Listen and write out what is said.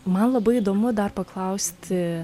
man labai įdomu dar paklausti